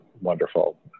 wonderful